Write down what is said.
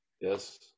Yes